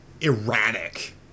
erratic